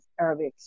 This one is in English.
arabic